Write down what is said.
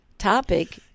topic